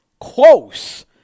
close